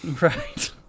right